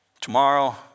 Tomorrow